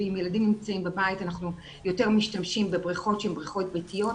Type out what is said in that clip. ואם ילדים נמצאים בבית אנחנו יותר משתמשים בבריכות שהן בריכות ביתיות.